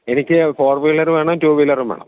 എനിക്ക് four wheeler വേണം two വീലറും വേണം